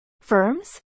firms